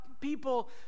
people